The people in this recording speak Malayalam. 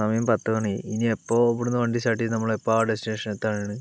സമയം പത്തു മണി ആയി ഇനി എപ്പോൾ ഇവിടുന്നു വണ്ടി സ്റ്റാർട്ട് ചെയ്ത് നമ്മളെപ്പോൾ ആ ടെസ്റ്റിനേഷൻ എത്താനാണ്